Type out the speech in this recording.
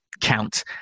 count